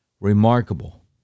Remarkable